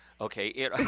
Okay